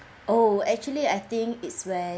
oh actually I think it's when